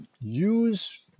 use